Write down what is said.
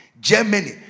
Germany